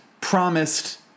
promised